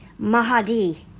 Mahadi